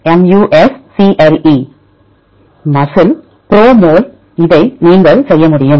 MUSCLE PROMOL இதை நீங்கள் செய்ய முடியும்